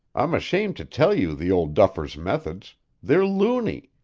i'm ashamed to tell you the old duffer's methods they're loony.